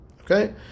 Okay